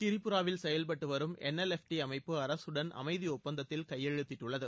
திரிபுராவில் செயல்பட்டு வரும் என்எல்எஃப்டி அமைப்பு அரசுடன் அமைதி அடுப்பந்தத்தில் கையெழுத்திட்டுள்ளது